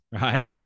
right